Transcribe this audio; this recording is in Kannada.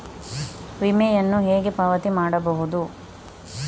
ವಿಮೆಯನ್ನು ಹೇಗೆ ಪಾವತಿ ಮಾಡಬಹುದು?